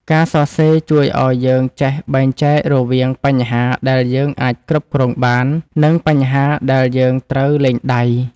ការសរសេរជួយឱ្យយើងចេះបែងចែករវាងបញ្ហាដែលយើងអាចគ្រប់គ្រងបាន និងបញ្ហាដែលយើងត្រូវលែងដៃ។